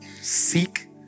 seek